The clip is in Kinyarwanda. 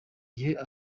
gihe